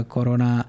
Corona